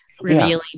revealing